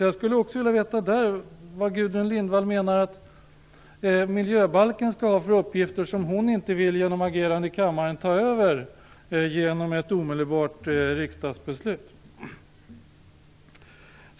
Jag skulle vilja veta vad Gudrun Lindvall menar att miljöbalken skall ha för uppgifter som hon inte genom agerande i kammaren vill ta över genom ett omedelbart riksdagsbeslut.